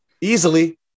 Easily